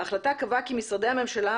ההחלטה קבעה כי משרדי הממשלה,